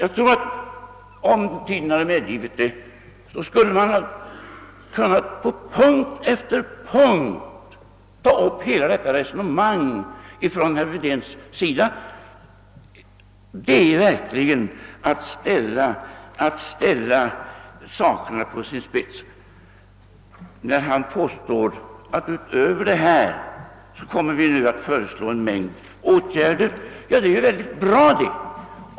Om tiden hade medgivit det skulle man ha kunnat på punkt efter punkt ta upp hela detta resonemang, som herr Wedén har fört. Det är verkligen att ställa saken på sin spets när han påstår, att man utöver detta kommer att föreslå en mängd åtgärder. Ja, men det är ju bara bra det!